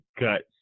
guts